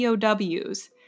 POWs